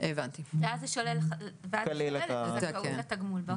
ואז זה שולל את הזכאות לתגמול נצרך.